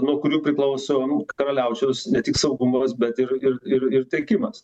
nuo kurių priklauso nu karaliaučiaus ne tik saugumas bet ir ir ir ir tiekimas